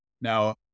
Now